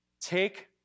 take